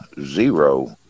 Zero